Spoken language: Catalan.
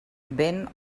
vent